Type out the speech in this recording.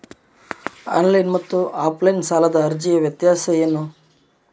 Online ಮತ್ತು offline ಸಾಲದ ಅರ್ಜಿಯ ವ್ಯತ್ಯಾಸ ಏನು?